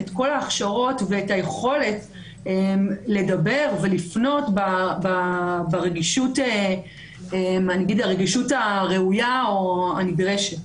כל ההכשרות והיכולת לדבר ולפנות ברגישות הראויה או הנדרשת.